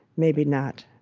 maybe not.